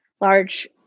large